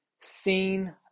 seen